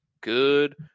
good